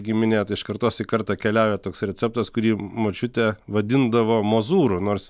giminė iš kartos į kartą keliauja toks receptas kurį močiutė vadindavo mozūrų nors